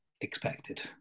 expected